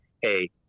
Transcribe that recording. Hey